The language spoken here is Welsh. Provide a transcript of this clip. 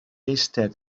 eistedd